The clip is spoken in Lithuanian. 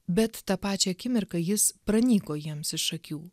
bet tą pačią akimirką jis pranyko jiems iš akių